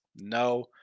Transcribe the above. No